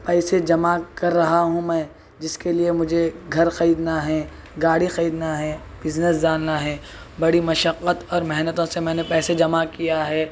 پیسے جمع کر رہا ہوں میں جس کے لیے مجھے گھر خریدنا ہے گاڑی خریدنا ہے بزنس ڈالنا ہے بڑى مشقّت اور محنتوں سے ميں نے پیسے جمع کیا ہے